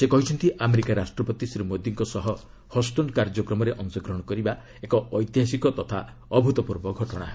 ସେ କହିଛନ୍ତି ଆମେରିକା ରାଷ୍ଟ୍ରପତି ଶ୍ରୀ ମୋଦିଙ୍କ ସହ ହଷ୍ଟନ୍ କାର୍ଯ୍ୟକ୍ରମରେ ଅଂଶଗ୍ରହଣ କରିବା ଏକ ଐତିହାସିକ ତଥା ଅଭୂତପୂର୍ବ ଘଟଣା ହେବ